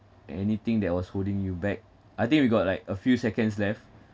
anything that was holding you back I think we got like a few seconds left